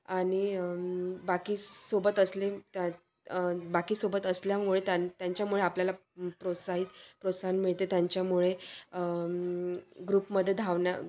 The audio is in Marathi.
आणि बाकी सोबत असले त्या बाकीसोबत असल्यामुळे त्यां त्यांच्यामुळे आपल्याला प्रोत्साहित प्रोत्साहन मिळते त्यांच्यामुळे ग्रुपमध्येे धावण्या